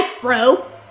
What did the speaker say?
bro